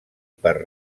per